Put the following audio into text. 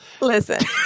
Listen